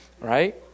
right